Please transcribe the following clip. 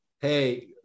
hey